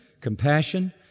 compassion